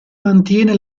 mantiene